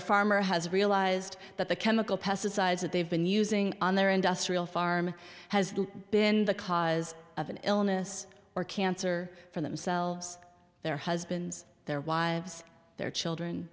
a farmer has realised that the chemical pesticides that they've been using on their industrial farm has been the cause of an illness or cancer for themselves their husbands their wives their children